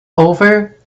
over